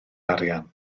arian